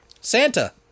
Santa